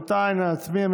רבותיי, נא להצביע.